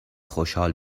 خشحال